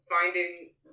finding